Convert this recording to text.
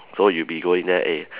so you'll be going there eh